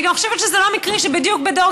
אני גם חושבת שזה לא מקרי שבדיוק בדור